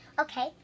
Okay